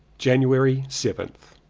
january seventh.